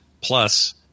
plus